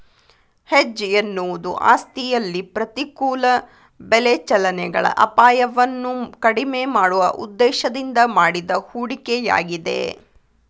hedge ಎನ್ನುವುದು ಆಸ್ತಿಯಲ್ಲಿ ಪ್ರತಿಕೂಲ ಬೆಲೆ ಚಲನೆಗಳ ಅಪಾಯವನ್ನು ಕಡಿಮೆ ಮಾಡುವ ಉದ್ದೇಶದಿಂದ ಮಾಡಿದ ಹೂಡಿಕೆಯಾಗಿದೆ